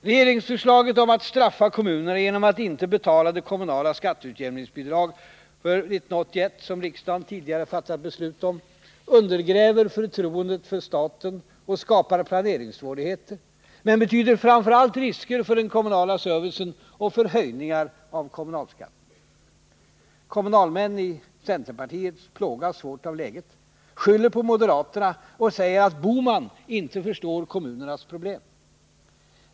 Regeringsförslaget om att straffa kommunerna genom att inte betala det kommunala skatteutjämningsbidrag för 1981 som riksdagen tidigare fattat beslut om undergräver förtroendet för staten och skapar planeringssvårigheter, men betyder framför allt risker för den kommunala servicen och för höjningar av kommunalskatten. Kommunalmän i centerpartiet plågas svårt av läget, skyller på moderaterna och säger att Bohman inte förstår kommunernas problem.